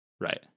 Right